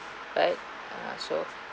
right ah so